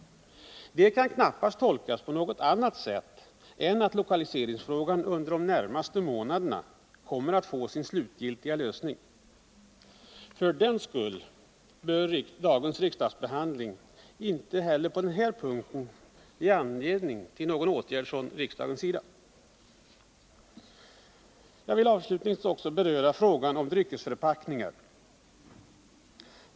Det kan knappast tolkas på något annat sätt än att lokaliseringsfrågan under de närmaste månaderna kommer att få sin slutgiltiga lösning. För den skull bör dagens riksdagsbehandling inte heller på denna punkt ge anledning till någon åtgärd från riksdagens sida. Jag vill avslutningsvis beröra frågan om dryckesförpackningar.